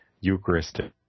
Eucharistic